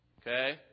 Okay